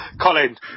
Colin